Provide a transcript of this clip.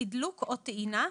תדלוק או טעינה,